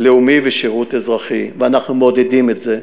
לאומי ושירות אזרחי, ואנחנו מעודדים את זה.